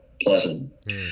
pleasant